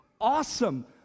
awesome